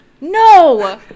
No